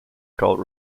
called